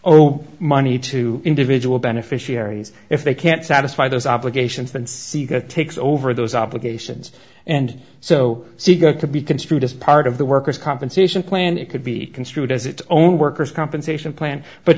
oh money to individual beneficiaries if they can't satisfy those obligations than sega takes over those obligations and so see go could be construed as part of the worker's compensation plan it could be construed as its own worker's compensation plan but